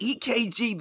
EKG